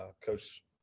Coach